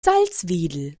salzwedel